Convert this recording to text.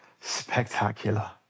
spectacular